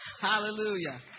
hallelujah